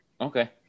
Okay